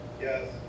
Yes